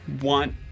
want